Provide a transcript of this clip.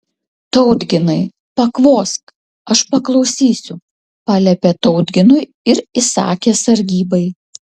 tautginai pakvosk aš paklausysiu paliepė tautginui ir įsakė sargybai